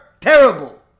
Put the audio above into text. terrible